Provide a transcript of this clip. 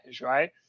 right